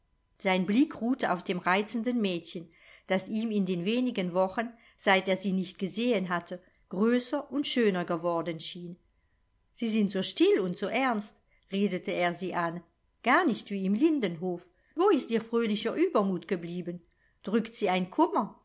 sein blick ruhte auf dem reizenden mädchen das ihm in den wenigen wochen seit er sie nicht gesehen hatte größer und schöner geworden schien sie sind so still und so ernst redete er sie an gar nicht wie im lindenhof wo ist ihr fröhlicher uebermut geblieben drückt sie ein kummer